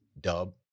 Dub